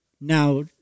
Now